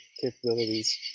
capabilities